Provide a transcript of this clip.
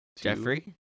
Jeffrey